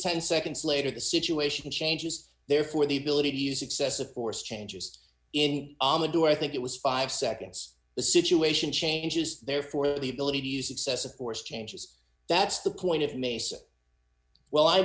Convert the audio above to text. ten seconds later the situation changes therefore the ability to use excessive force changes in on the do i think it was five seconds the situation changes therefore the ability to use excessive force changes that's the point of mace well i